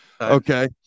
Okay